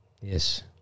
Yes